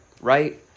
right